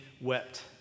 wept